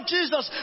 Jesus